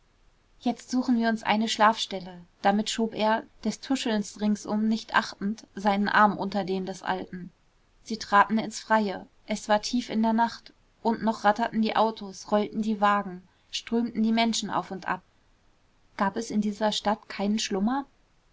jetzt suchen wir uns eine schlafstelle damit schob er des tuschelns ringsum nicht achtend seinen arm unter den des alten sie traten ins freie es war tief in der nacht und noch ratterten die autos rollten die wagen strömten die menschen auf und ab gab es in dieser stadt keinen schlummer